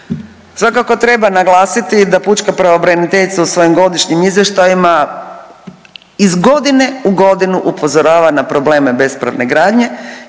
Svakako treba naglasiti da pučka pravobraniteljica u svojim godišnjim izvještajima iz godine u godinu upozorava na probleme bespravne gradnje